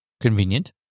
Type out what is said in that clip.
Convenient